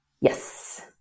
Yes